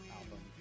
album